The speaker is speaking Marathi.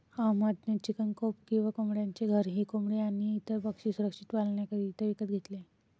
अहमद ने चिकन कोप किंवा कोंबड्यांचे घर ही कोंबडी आणी इतर पक्षी सुरक्षित पाल्ण्याकरिता विकत घेतले